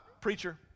preacher